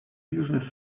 южный